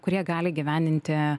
kurie gali įgyvendinti